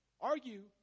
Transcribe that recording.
argue